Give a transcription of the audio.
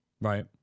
Right